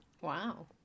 Wow